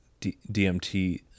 DMT